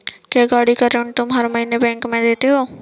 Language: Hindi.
क्या, गाड़ी का ऋण तुम हर महीने बैंक में देते हो?